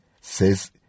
says